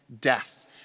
death